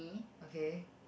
okay